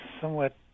somewhat